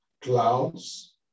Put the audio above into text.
clouds